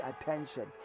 attention